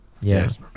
Yes